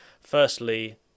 Firstly